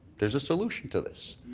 there's a solution to this.